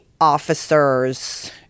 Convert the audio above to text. officers